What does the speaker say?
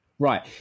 Right